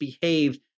behaved